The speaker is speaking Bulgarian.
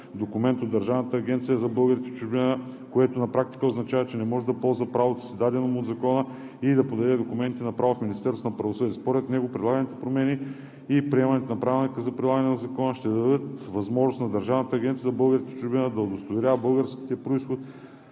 документ и от Държавната агенция за българите в чужбина, което на практика означава, че не може да ползва правото си, дадено му от Закона, и да подаде документи направо в Министерството на правосъдието. Според него предлаганите промени и приемането на правилник за прилагането на Закона, ще дадат възможност на Държавна агенция за българите в чужбина да удостоверява български произход